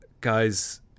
Guy's